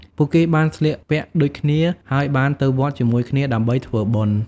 ពួកគេបានស្លៀកពាក់ដូចគ្នាហើយបានទៅវត្តជាមួយគ្នាដើម្បីធ្វើបុណ្យ។